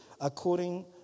according